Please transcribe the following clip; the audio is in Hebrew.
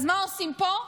אז מה עושים פה?